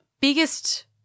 biggest